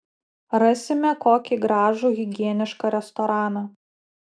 rasime kokį gražų higienišką restoraną